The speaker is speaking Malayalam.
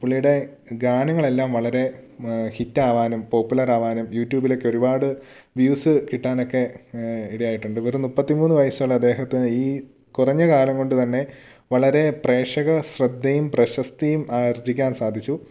പുള്ളിയുടെ ഗാനങ്ങൾ എല്ലാം വളരെ ഹിറ്റ് ആവാനും പോപ്പുലർ ആവാനും യൂട്യൂബിലൊക്കെ ഒരുപാട് വ്യൂസ് കിട്ടാനൊക്കെ ഇടയായിട്ടുണ്ട് വെറും മുപ്പത്തിമൂന്ന് വയസ്സുള്ള അദ്ദേഹത്തിന് ഈ കുറഞ്ഞ കാലം കൊണ്ട് തന്നെ വളരെ പ്രേക്ഷക ശ്രദ്ധയും പ്രശസ്തിയും ആർജിക്കാൻ സാധിച്ചു